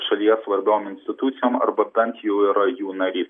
šalies svarbiom institucijom arba bent jau yra jų narys